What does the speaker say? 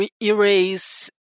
erase